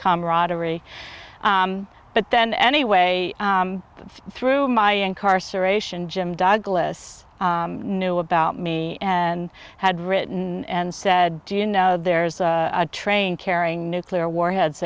camaraderie but then anyway through my incarceration jim douglas knew about me and had written and said do you know there's a train carrying nuclear warheads